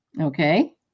Okay